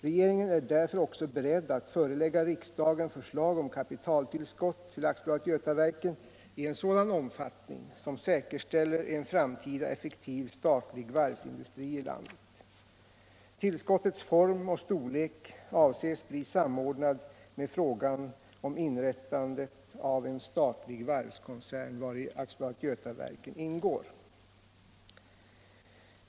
Regeringen är därför också beredd att förelägga riksdagen = problem förslag om kapitaltillskott till AB Götaverken i en sådan omfattning att en framtida effektiv statlig varvsindustri i landet säkerställs. Frågan om tillskottets form och storlek avses bli samordnad med frågan om inrättande av en statlig varvskoncern vari AB Götaverken ingår.